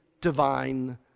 divine